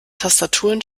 tastaturen